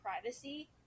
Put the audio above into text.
privacy